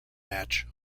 match